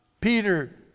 Peter